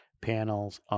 panels